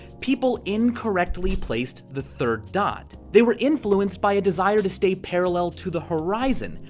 people incorrectly placed the third dot. they were influenced by a desire to stay parallel to the horizon,